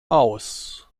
aus